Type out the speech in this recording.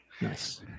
Nice